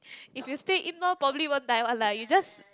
if you stay indoor probably won't die one lah you just